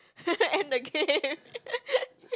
end the game